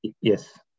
Yes